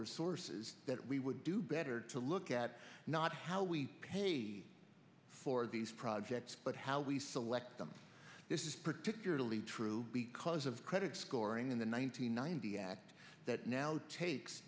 resources that we would do better to look at not how we pay for these projects but how we select them this is particularly true because of credit scoring in the one nine hundred ninety act that now takes